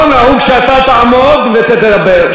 לא נהוג שאתה תעמוד ותדבר.